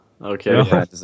Okay